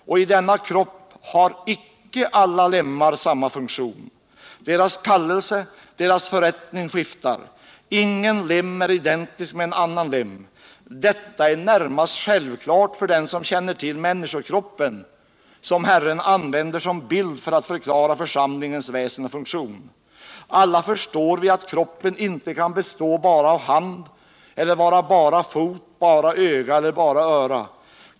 Och i denna kropp har icke alla lemmar samma funktion. Deras kallelse, deras förrättning, skiftar. Ingen lem är identisk med en annan lem. Detta är närmast självklart för den som känner till människokroppen. som Herren använder som bild för att förklara församlingens väsen och funktion. Alla förstår vi att kroppen inte kan bestå av bara hand eller bara fot, bara öga eller bara öra.